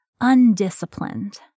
undisciplined